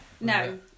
No